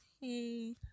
Hey